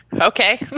Okay